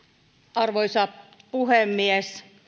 arvoisa puhemies